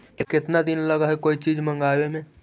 केतना दिन लगहइ कोई चीज मँगवावे में?